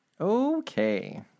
Okay